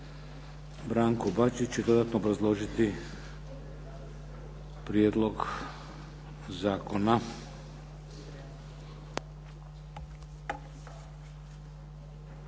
Branko Bačić će dodatno obrazložiti prijedlog zakona.